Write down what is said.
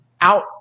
out